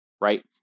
right